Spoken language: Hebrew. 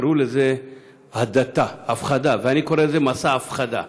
קראו לזה הדתה, ואני קורא לזה מסע הפחדה.